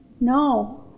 No